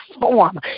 form